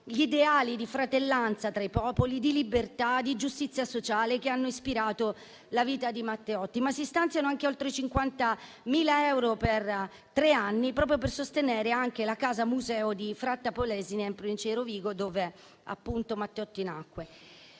gli ideali di fratellanza tra i popoli, di libertà e di giustizia sociale che hanno ispirato la vita di Matteotti; ma si stanziano anche oltre 50.000 euro per tre anni per sostenere la casa museo di Fratta Polesine in provincia di Rovigo, dove Matteotti nacque.